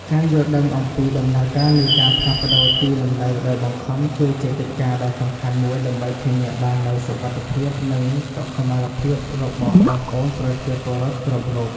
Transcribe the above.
ការយល់ដឹងអំពីដំណើរការនៃការផ្លាស់ទីលំនៅដោយបង្ខំ គឺជាកិច្ចការដ៏សំខាន់មួយដើម្បីធានាបាននូវសុវត្ថិភាព និងសុខុមាលភាពរបស់បងប្អូនប្រជាពលរដ្ឋគ្រប់រូប។